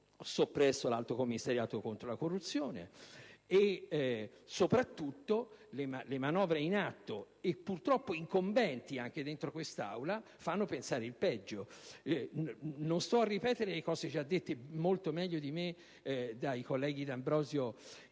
soppresso l'Alto commissariato contro la corruzione e, soprattutto, le manovre in atto e, purtroppo, incombenti anche in questa Aula fanno pensare il peggio. Non sto a ripetere i concetti espressi, molto meglio di me, dai colleghi D'Ambrosio